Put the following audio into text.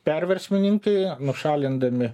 perversmininkai nušalindami